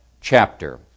chapter